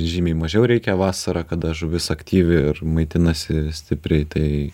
žymiai mažiau reikia vasarą kada žuvis aktyvi ir maitinasi stipriai tai